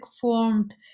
formed